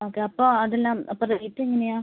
okay അപ്പോൾ അതെല്ലാം അപ്പോൾ റേറ്റ് എങ്ങനെയാണ്